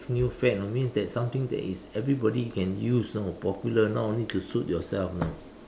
new fad you know means that something that is everybody can use so popular now need to suit yourself you know